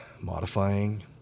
modifying